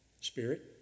spirit